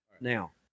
Now